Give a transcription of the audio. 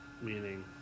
meaning